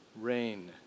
rain